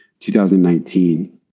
2019